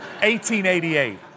1888